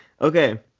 Okay